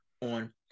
on